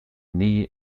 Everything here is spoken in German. nie